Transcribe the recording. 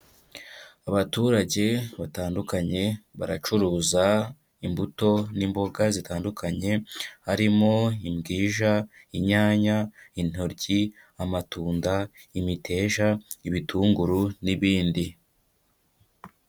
Abaturage batandukanye baracuruza imbuto n'imboga zitandukanye, harimo imbwija, inyanya, intoryi, amatunda, imiteja, ibitunguru n'ibindi.